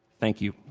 thank you.